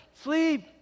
sleep